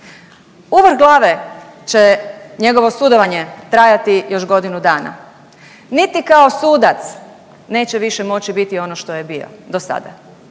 U vrh glave će njegovo sudovanje trajati još godinu dana, niti kao sudac neće više moći biti ono što je bio dosada.